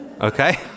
Okay